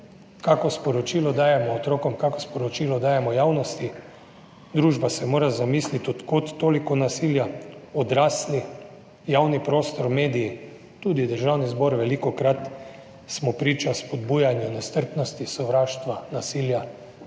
Kakšno sporočilo dajemo otrokom? Kakšno sporočilo dajemo javnosti? Družba se mora zamisliti, od kod toliko nasilja. Odrasli, javni prostor, mediji, tudi v Državnem zboru, velikokrat, smo priča spodbujanju nestrpnosti, sovraštva, nasilja.